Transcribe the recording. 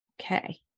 Okay